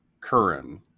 Curran